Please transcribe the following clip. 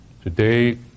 Today